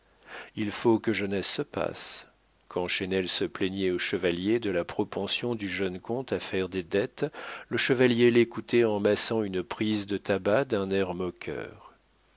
il faut que jeunesse se passe quand chesnel se plaignait au chevalier de la propension du jeune comte à faire des dettes le chevalier l'écoutait en massant une prise de tabac d'un air moqueur